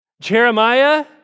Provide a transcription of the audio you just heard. Jeremiah